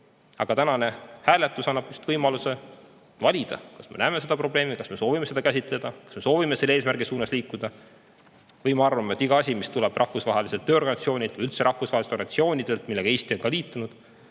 Aga tänane hääletus annab just võimaluse valida, kas me näeme seda probleemi, kas me soovime seda käsitleda, kas me soovime selle eesmärgi suunas liikuda, või me arvame, et iga asi, mis tuleb Rahvusvaheliselt Tööorganisatsioonilt või üldse rahvusvahelistelt organisatsioonidelt, millega ka Eesti on liitunud,